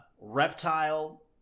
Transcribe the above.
Reptile